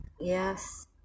Yes